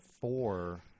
four